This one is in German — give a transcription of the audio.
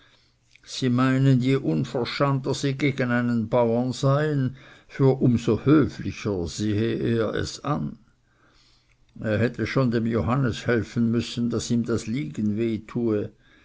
sie meinen je uverschanter sie gegen einen bauern seien für um so höflicher sehe er es an er hätte schon dem johannes helfen müssen daß ihm das liegen weh tue